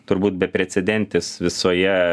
turbūt beprecedentis visoje